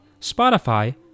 Spotify